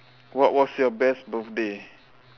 what was your best birthday